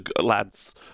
lads